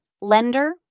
lender